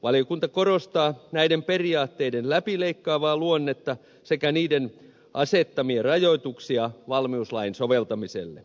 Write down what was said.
valiokunta korostaa näiden periaatteiden läpileikkaavaa luonnetta sekä niiden asettamia rajoituksia valmiuslain soveltamiselle